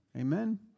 amen